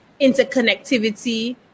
interconnectivity